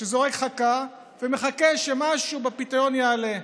שזורק חכה ומחכה שמשהו בפיתיון יעלה.